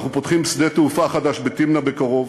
אנחנו פותחים שדה-תעופה חדש בתמנע בקרוב.